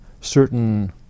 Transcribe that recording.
certain